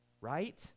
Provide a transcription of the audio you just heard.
Right